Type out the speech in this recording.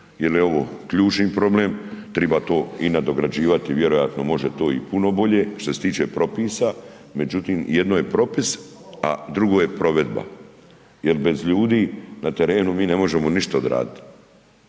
jer je ovo ključni problem, treba to i nadograđivati vjerojatno može to i bolje što se tiče propisa, međutim jedno je propis, a drugo je provedba. Jer bez ljudi na terenu mi ne možemo ništa odraditi.